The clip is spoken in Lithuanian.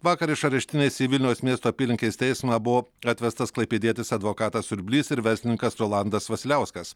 vakar iš areštinės į vilniaus miesto apylinkės teismą buvo atvestas klaipėdietis advokatas surblys ir verslininkas rolandas vasiliauskas